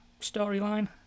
storyline